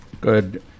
Good